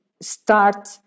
start